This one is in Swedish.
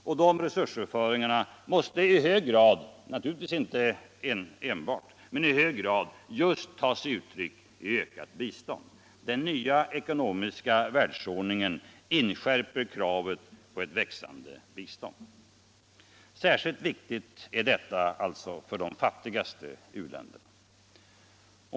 Dessa resursöverföringar måste i hög grad — naturligtvis inte enbart — ta sig uttryck i just ökat bistånd. Den nya ekonomiska världsordningen in skärper kravet på eu växande bistånd. Särskilt viktigt är detta alltså för de fattigaste u-länderna.